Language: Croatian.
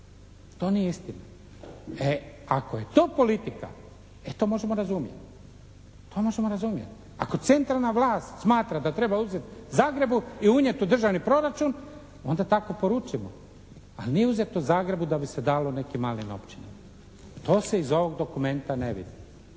To nije istina. E, ako je to politika. To možemo razumjeti. To možemo razumjeti. Ako centralna vlast smatra da treba uzeti Zagrebu i unijeti u državni proračun onda tako poručimo. Ali nije uzeto Zagrebu da bi se dalo nekim malim općinama. To se iz ovog dokumenta ne vidi.